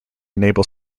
enable